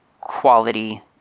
quality